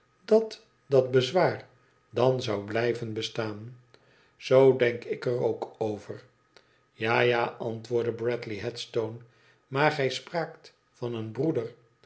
dat dat bezwaar dan zou blijven bestaan izoo denk ik er ook over tja ja antwoordde bradley headstone i maar gij spraakt van een broeder